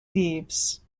leaves